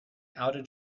outed